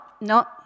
no